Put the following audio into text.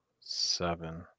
seven